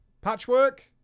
Patchwork